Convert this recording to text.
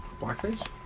Blackface